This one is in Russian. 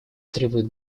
требует